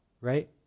right